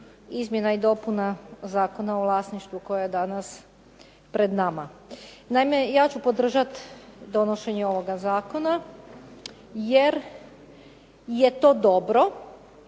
izmjena i dopuna Zakona o vlasništvu koja je danas pred nama. Naime ja ću podržati donošenje ovoga zakona jer je to dobro,